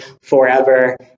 forever